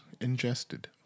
ingested